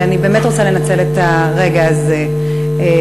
אני באמת רוצה לנצל את הרגע הזה ולומר